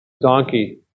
donkey